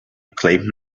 acclaimed